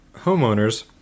homeowners